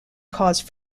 cause